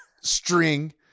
string